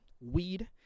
weed